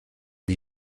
des